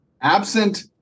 absent